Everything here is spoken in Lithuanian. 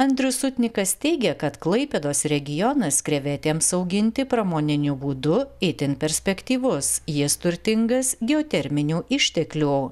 andrius sutnikas teigia kad klaipėdos regionas krevetėms auginti pramoniniu būdu itin perspektyvus jis turtingas geoterminių išteklių